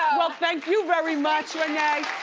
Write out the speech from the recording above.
um well thank you very much renee.